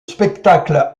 spectacle